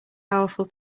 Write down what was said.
powerful